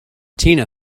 tina